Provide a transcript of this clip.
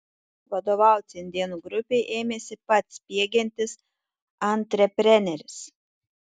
vadovauti indėnų grupei ėmėsi pats spiegiantis antrepreneris